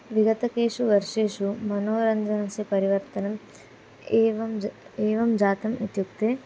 विगतेषु वर्षेषु मनोरञ्जनस्य परिवर्तनम् एवं ज एवं जातम् इत्युक्ते